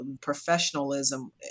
professionalism